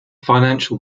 financial